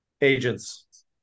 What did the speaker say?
Agents